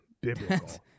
biblical